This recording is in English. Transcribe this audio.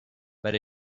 but